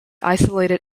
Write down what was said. isolated